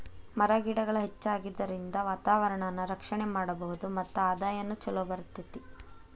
ಮರ ಗಿಡಗಳ ಹೆಚ್ಚಾಗುದರಿಂದ ವಾತಾವರಣಾನ ರಕ್ಷಣೆ ಮಾಡಬಹುದು ಮತ್ತ ಆದಾಯಾನು ಚುಲೊ ಬರತತಿ